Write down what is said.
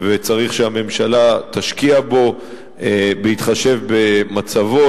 וצריך שהממשלה תשקיע בו בהתחשב במצבו,